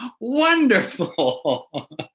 Wonderful